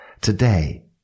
Today